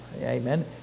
Amen